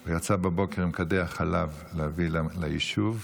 הוא יצא בבוקר עם כדי החלב להביא ליישוב,